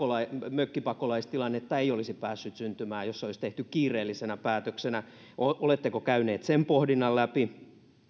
mökkipakolaistilannetta ei olisi päässyt syntymään jos se olisi tehty kiireellisenä päätöksenä oletteko käyneet sen pohdinnan läpi